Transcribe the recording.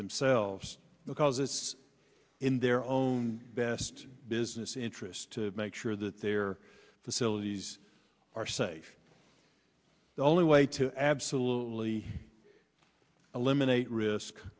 themselves because it's in their own best business interest to make sure that their facilities are safe the only way to absolutely eliminate risk